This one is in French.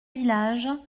village